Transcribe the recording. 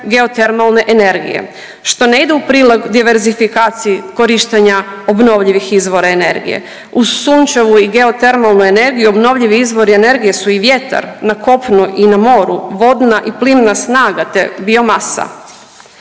geotermalne energije što ne ide u prilog diverzifikaciji korištenja obnovljivih izvora energije. Uz sunčevu i geotermalnu energiju obnovljivi izvori energije su i vjetar na kopnu i na moru, vodna i plimna snaga, te biomasa.